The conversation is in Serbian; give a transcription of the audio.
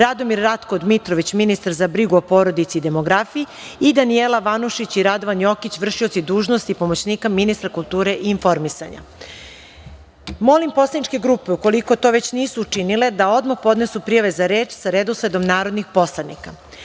Radomir Ratko Dmitrović, ministar za brigu o porodici i demografiji i Danijela Vanušić i Radovan Jokić, vršioci dužnosti pomoćnika ministra kulture i informisanja. Molim poslaničke grupe, ukoliko to već nisu učinile, da odmah podnesu prijave za reč, sa redosledom narodnih poslanika. Saglasno